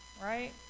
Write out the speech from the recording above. right